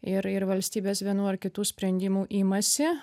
ir ir valstybės vienų ar kitų sprendimų imasi